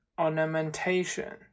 ornamentation